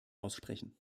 aussprechen